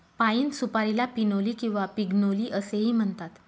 पाइन सुपारीला पिनोली किंवा पिग्नोली असेही म्हणतात